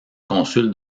consul